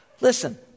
Listen